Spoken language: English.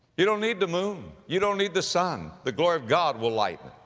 you don't need the moon. you don't need the sun. the glory of god will lighten.